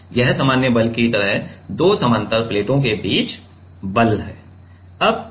अब यह सामान्य बल की तरह दो समानांतर प्लेटों के बीच का बल है